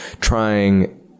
trying